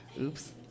Oops